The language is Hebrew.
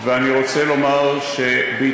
ואני רוצה לומר שבהתבטאותי,